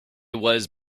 was